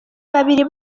babiri